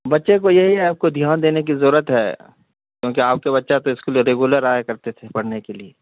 بچے کو یہی ہے آپ کو دھیان دینے کی ضرورت ہے کیونکہ آپ کے بچہ تو اسکول ریگولر آیا کرتے تھے پڑھنے کے لیے